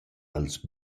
als